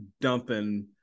dumping